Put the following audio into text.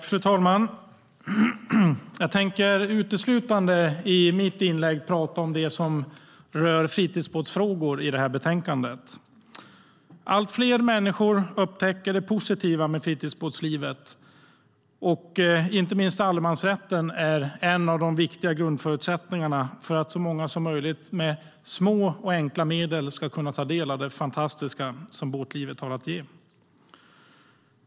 Fru talman! I mitt inlägg tänker jag uteslutande tala om det som rör fritidsbåtsfrågor i betänkandet. Allt fler människor upptäcker det positiva med fritidsbåtslivet. Inte minst är allemansrätten en viktig grundförutsättning för att så många som möjligt med små och enkla medel ska kunna ta del av det fantastiska som båtlivet har att ge.